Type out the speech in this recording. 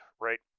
right